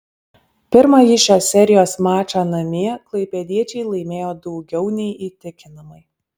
pirmąjį šios serijos mačą namie klaipėdiečiai laimėjo daugiau nei įtikinamai